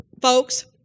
folks